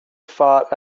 fought